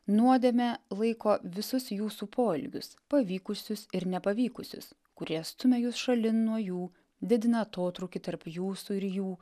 nuodėme laiko visus jūsų poelgius pavykusius ir nepavykusius kurie stumia jus šalin nuo jų didina atotrūkį tarp jūsų ir jų